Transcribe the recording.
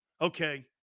Okay